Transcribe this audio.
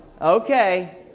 Okay